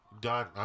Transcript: done